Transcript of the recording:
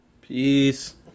Peace